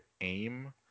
aim